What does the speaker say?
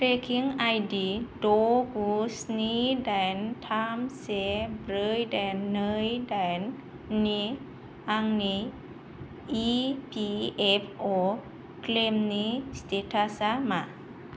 trekking I D द' गु स्नि दाइन थाम से ब्रै दाइन नै दाइन नि आंनि इ पि एफ अ क्लेइमनि स्टेटासा मा